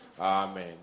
Amen